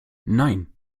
nein